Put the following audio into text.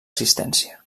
existència